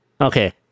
Okay